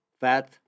fat